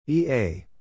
EA